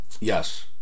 Yes